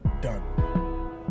done